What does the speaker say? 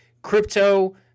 Crypto